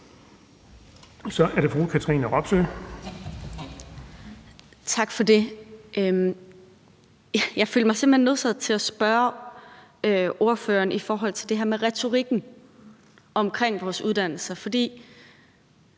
Kl. 18:06 Katrine Robsøe (RV): Tak for det. Jeg føler mig simpelt hen nødsaget til at spørge ordføreren i forhold til det her med retorikken omkring vores uddannelser, for